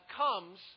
comes